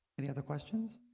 any other questions